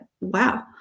wow